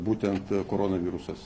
būtent koronavirusas